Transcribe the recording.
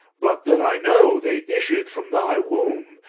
but that i know they issu'd from thy womb,